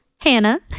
hannah